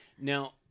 Now